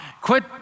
quit